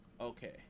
Okay